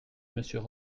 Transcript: monsieur